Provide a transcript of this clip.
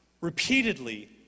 repeatedly